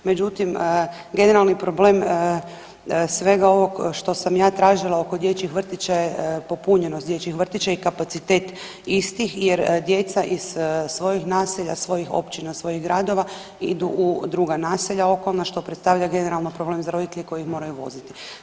Međutim, generalni problem svega ovog što sam ja tražila oko dječjih vrtića je popunjenost dječjih vrtića i kapacitet istih jer djeca iz svojih naselja, svojih općina, svojih gradova idu u druga naselja okolna, što predstavlja generalno problem za roditelje koji moraju voziti.